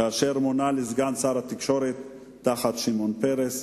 כאשר מונה לסגן שר התקשורת תחת שמעון פרס,